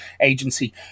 agency